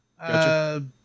gotcha